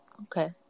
Okay